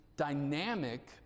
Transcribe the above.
Dynamic